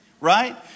right